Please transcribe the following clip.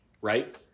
right